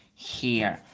here.